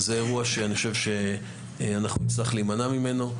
זה אירוע שאני חושב אנחנו נצטרך להימנע ממנו.